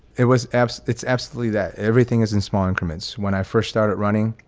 it was. it's it's absolutely that. everything is in small increments. when i first started running,